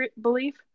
belief